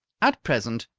at present,